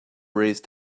raise